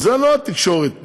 זו לא התקשורת בישראל.